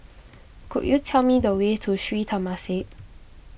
could you tell me the way to Sri Temasek